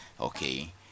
Okay